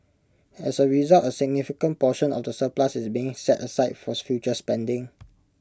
as A result A significant portion of the surplus is being set aside for future spending